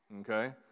Okay